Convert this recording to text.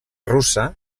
russa